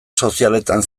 sozialetan